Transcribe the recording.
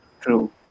True